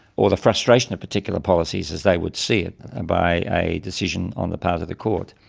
or the frustration of particular policies as they would see it and by a decision on the part of the court.